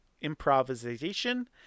improvisation